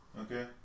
Okay